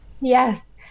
Yes